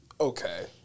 Okay